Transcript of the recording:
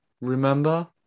Remember